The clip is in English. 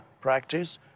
practice